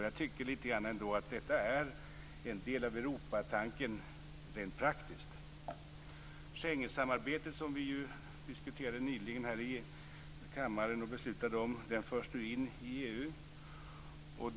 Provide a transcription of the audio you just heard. Jag tycker att det ändå är en del av Europatanken rent praktiskt. Schengensamarbetet, som vi ju diskuterade och fattade beslut om nyligen här i kammaren, förs nu in i EU.